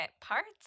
parts